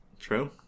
True